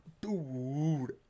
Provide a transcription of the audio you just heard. Dude